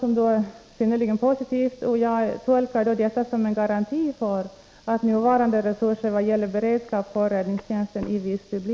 I hur stor utsträckning kommer det av chefens för marinen framförda förslaget att påverka beredskapen för räddningstjänsten i Visby?